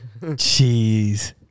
Jeez